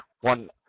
one